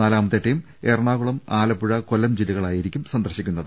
നാലമത്തെ team Ernakulam Alappuzha Kollam ജില്ലകളാ യിരിക്കും സന്ദർശിക്കുന്നത്